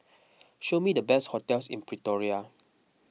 show me the best hotels in Pretoria